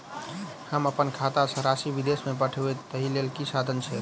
हम अप्पन खाता सँ राशि विदेश मे पठवै ताहि लेल की साधन छैक?